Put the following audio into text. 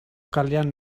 kalean